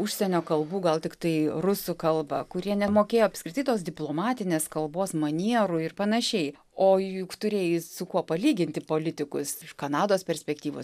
užsienio kalbų gal tiktai rusų kalbą kurie nemokėjo apskritai tos diplomatinės kalbos manierų ir panašiai o juk turėjai su kuo palyginti politikus iš kanados perspektyvos